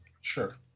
Sure